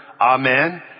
amen